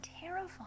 terrifying